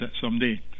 someday